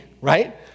right